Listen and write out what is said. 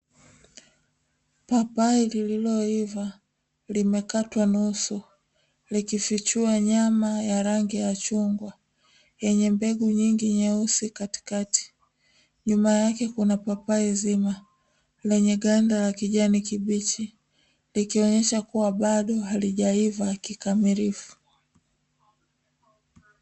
Papai lililoiva limekatwa nusu likifichua nyama ya rangi ya chungwa yenye mbegu nyingi nyeusi katikati, nyuma yake kuna papai zima lenye ganda la kijani kibichi likionyesha kuwa bado halijaiva kikamilifu.